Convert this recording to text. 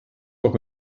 doch